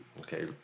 Okay